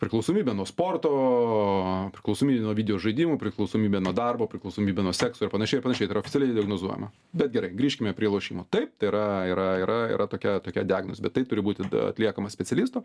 priklausomybė nuo sporto priklausomybė nuo video žaidimų priklausomybė nuo darbo priklausomybė nuo sekso ir panašiai ir panašiai tai yra oficialiai diagnozuojama bet gerai grįžkime prie lošimo taip tai yra yra yra yra tokia tokia diagnozė bet tai turi būt atliekamas specialistų